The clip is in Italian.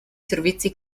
servizi